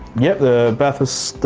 yep, the bathurst,